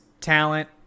talent